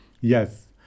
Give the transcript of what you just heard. Yes